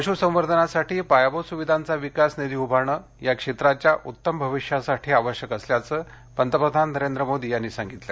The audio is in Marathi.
पशू संवर्धनासाठी पायभूत सुविधांचा विकास निधी उभारणं या क्षेत्राच्या उत्तम भविष्यासाठी आवश्यक असल्याचं पंतप्रधान नरेंद्र मोदी यांनी सांगितलं